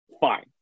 fine